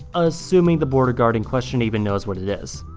assuming the border guard in question even knows what it is.